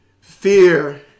Fear